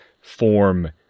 form